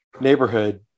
neighborhood